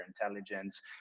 intelligence